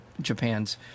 Japan's